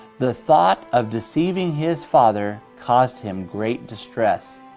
the thought of deceiving his father caused him great distress.